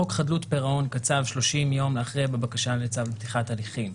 חוק חדלות פירעון קצב 30 יום להכריע בבקשה לצו פתיחת הליכים,